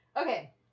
Okay